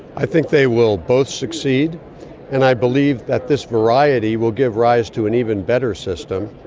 i think they will both succeed and i believe that this variety will give rise to an even better system.